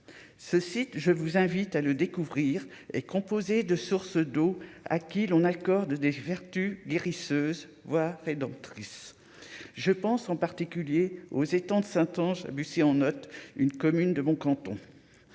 ce site, je vous invite à le découvrir et composé de sources d'eau à qui l'on accorde des vertus guérisseuse voilà rédemptrice, je pense en particulier aux étangs de Saint-Ange, on note une commune de mon canton.